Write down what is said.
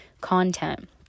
content